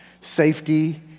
Safety